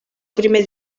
primer